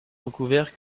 recouverts